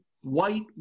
White